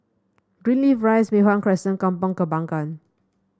Greenleaf Rise Mei Hwan Crescent Kampong Kembangan